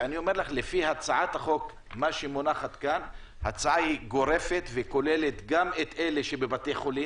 אבל הצעת החוק שמונחת כאן היא הצעה גורפת וכוללת גם את אלה שבבתי חולים,